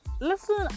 listen